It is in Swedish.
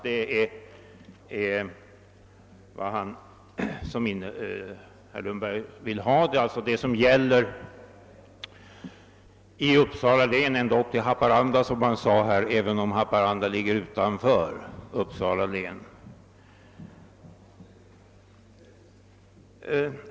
Detta är vad herr Lundberg vill ha. Det är alltså det som gäller i Uppsala län ända upp till Haparanda, som herr Lundberg sade — även om ju Haparanda ligger utanför Uppsala län!